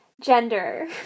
gender